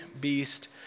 beast